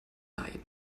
leiden